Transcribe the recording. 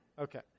Okay